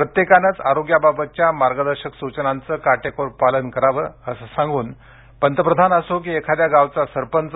प्रत्येकानंच आरोग्याबाबतच्या मार्गदर्शक सूचनांच काटेकोर पालन करावं असं सांगून पंतप्रधान असो की एखाद्या गावचा सरपंच